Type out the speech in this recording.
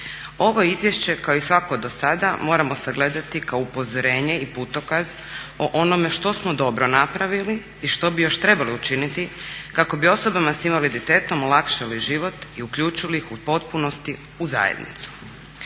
Ovo izvješće kao i svako do sada moramo sagledati kao upozorenje i putokaz o onome što smo dobro napravili i što bi još trebali učiniti kako bi osobama s invaliditetom olakšali u život i uključili ih u potpunosti u zajednicu.